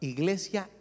Iglesia